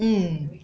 mm